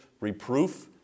reproof